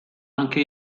anke